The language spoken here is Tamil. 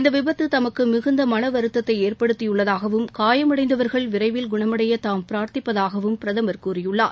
இந்த விபத்து தமக்கு மிகுந்த வருத்தத்தை ஏற்படுத்தியுள்ளதாகவும் காயமடைந்தவர்கள் விரைவில் குணமடைய தாம் பிரார்த்திப்பதாகவும் பிரதமர் கூறியுள்ளார்